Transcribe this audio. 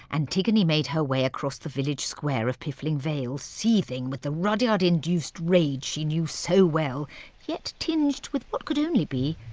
antigone made her way across the village square of piffling vale, seething with the rudyard-induced rage she knew so well yet tinged with what could only be,